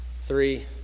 Three